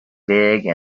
big